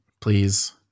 Please